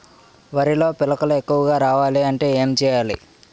వరిలో పిలకలు ఎక్కువుగా రావాలి అంటే ఏంటి చేయాలి?